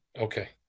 Okay